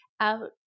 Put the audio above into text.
out